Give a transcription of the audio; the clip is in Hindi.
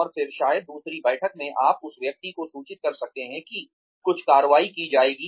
और फिर शायद दूसरी बैठक में आप उस व्यक्ति को सूचित कर सकते हैं कि कुछ कार्रवाई की जाएगी